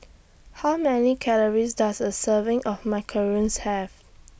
How Many Calories Does A Serving of Macarons Have